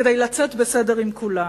כדי לצאת בסדר עם כולם.